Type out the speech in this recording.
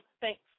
Thanks